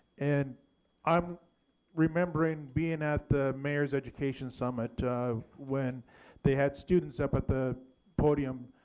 and i'm remembering being at the mayor's education summit when they had students up at the podium,